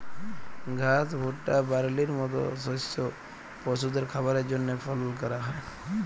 ঘাস, ভুট্টা, বার্লির মত শস্য পশুদের খাবারের জন্হে ফলল ক্যরা হ্যয়